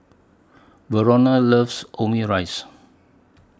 Verona loves Omurice